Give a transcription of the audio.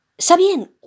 Sabien